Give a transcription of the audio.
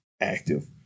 active